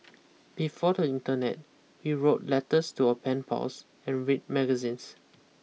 before the internet we wrote letters to our pen pals and read magazines